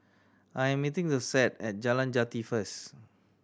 I'm meeting Josette at Jalan Jati first